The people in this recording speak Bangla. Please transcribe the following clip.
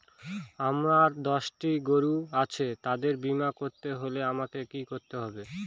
আমার দশটি গরু আছে তাদের বীমা করতে হলে আমাকে কি করতে হবে?